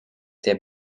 der